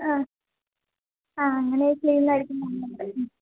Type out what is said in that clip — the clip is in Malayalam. ആ ആ അങ്ങനെ ചെയ്യുന്നതായിരിക്കും നല്ലത് ഉം